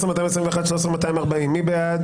13,161 עד 13,180, מי בעד?